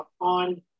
on